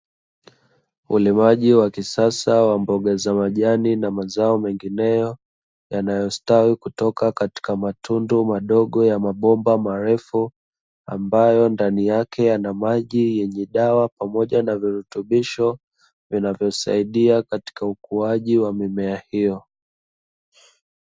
Ulimaji wa kisasa wa mboga za majani na mazao mengineyo, yanayostawi kutoka katika matundu madogo ya mabomba marefu, ambayo ndani yake yana maji yenye dawa pamoja na virutubisho vinavyosaidia katika ukuaji wa mimea hiyo.